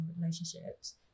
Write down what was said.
relationships